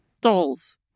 Dolls